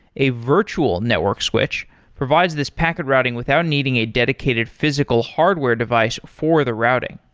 a virtual network switch provides this packet routing without needing a dedicated physical hardware device for the routing.